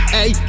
Hey